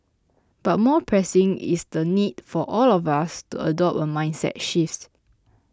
but more pressing is the need for all of us to adopt a mindset shift